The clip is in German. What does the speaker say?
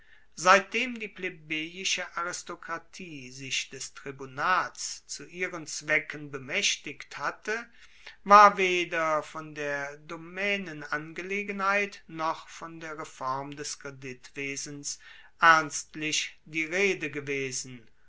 seitdem die plebejische aristokratie sich des tribunats zu ihren zwecken bemaechtigt hatte war weder von der domaenenangelegenheit noch von der reform des kreditwesens ernstlich die rede gewesen